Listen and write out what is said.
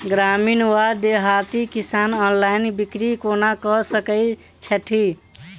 ग्रामीण वा देहाती किसान ऑनलाइन बिक्री कोना कऽ सकै छैथि?